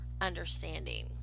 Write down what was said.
understanding